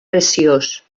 graciós